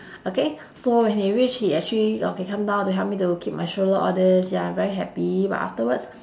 okay so when he reach he actually okay came down to help me to keep my stroller all this ya I'm very happy but afterwards